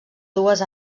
dues